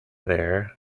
their